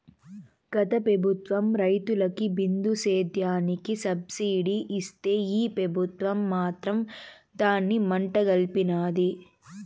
గత పెబుత్వం రైతులకి బిందు సేద్యానికి సబ్సిడీ ఇస్తే ఈ పెబుత్వం మాత్రం దాన్ని మంట గల్పినాది